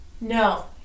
No